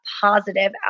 positive